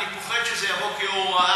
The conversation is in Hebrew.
אני פוחד שזה יעבור כהוראה,